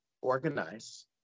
organize